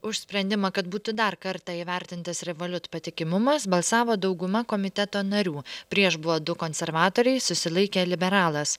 už sprendimą kad būtų dar kartą įvertintas revolut patikimumas balsavo dauguma komiteto narių prieš buvo du konservatoriai susilaikė liberalas